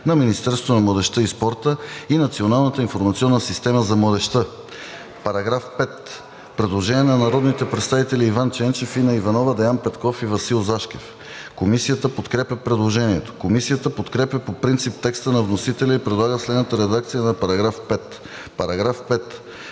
на Министерството на младежта и спорта и Националната информационна система за младежта.“ По § 5 е постъпило предложение на народните представители Иван Ченчев, Инна Иванова, Деян Петков u Васил Зашкев. Комисията подкрепя предложението. Комисията подкрепя по принцип текста на вносителя и предлага следната редакция на § 5: „§ 5.